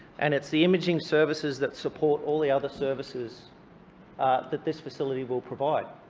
and it's the imaging services that support all the other services that this facility will provide.